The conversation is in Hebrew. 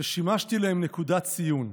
ושמשתי להם נקודת ציון.